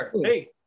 Hey